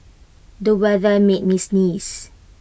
the weather made me sneeze